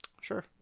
Sure